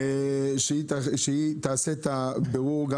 שהיא תעשה את הבירור,